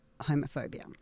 homophobia